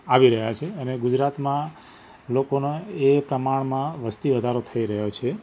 આવી રહ્યાં છે અને ગુજરાતમાં લોકોનો એ પ્રમાણમાં વસ્તી વધારો થઈ રહ્યો છે